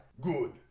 Good